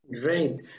Great